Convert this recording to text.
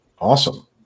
Awesome